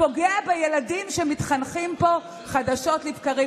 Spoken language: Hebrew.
פוגע בילדים שמתחנכים פה חדשות לבקרים.